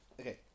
Okay